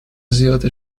زیاد